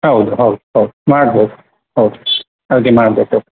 ಹೌದು ಹೌದು ಹೌದು ಮಾಡ್ಬೋದು ಹೌದು ಹಾಗೆ ಮಾಡಬೇಕು